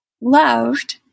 loved